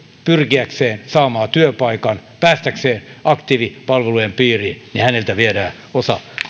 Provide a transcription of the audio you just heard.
pyrkiäkseen saamaan työpaikan päästäkseen aktiivipalvelujen piiriin viedään osa